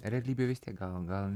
realybėj vis tiek gal gal